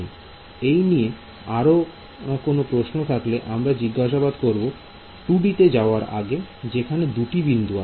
এই নিয়ে আর কোন প্রশ্ন থাকলে আমরা জিজ্ঞাসাবাদ করব 2 D তে যাওয়ার আগে যেখানে দুটি বিন্দু আছে